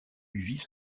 vice